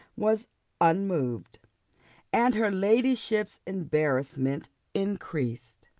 was unmoved and her ladyship's embarrassment increased.